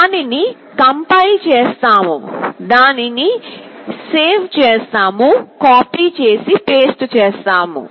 దానిని కంపైల్ చేస్తాము దాన్ని సేవ్ చేస్తాము కాపీ చేసి పేస్ట్ చేస్తాము